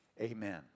amen